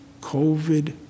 COVID